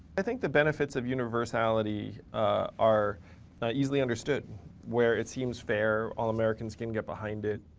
i think the benefits of universality are not easily understood where it seems fair, all americans can get behind it.